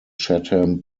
chatham